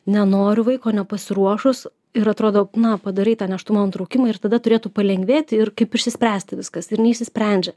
nenoriu vaiko nepasiruošus ir atrodo na padarai tą nėštumo nutraukimą ir tada turėtų palengvėti ir kaip išsispręsti viskas ir neišsisprendžia